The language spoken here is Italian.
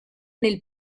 nel